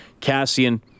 Cassian